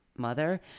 mother